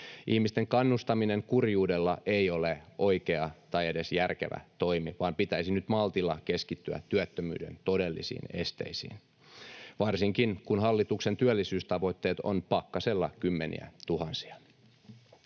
Ihmisten kannustaminen kurjuudella ei ole oikea tai edes järkevä toimi, vaan nyt pitäisi maltilla keskittyä työttömyyden todellisiin esteisiin varsinkin, kun hallituksen työllisyystavoitteet ovat pakkasella kymmeniätuhansia.